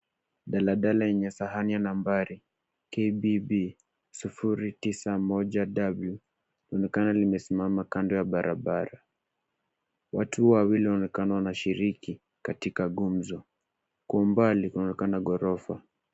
Daladala yenye sahani ya nambari KBB 091W laonekana limesimama kando ya barabara. Watu wawili wanaonekana wanashiriki katika gumzo. Kwa umbali kunaonekana ghorofa.